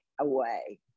away